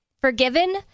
forgiven